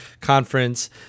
conference